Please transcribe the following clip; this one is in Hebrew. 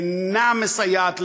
אינה מסייעת להם,